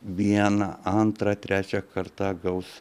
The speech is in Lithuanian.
vieną antrą trečią kartą gaus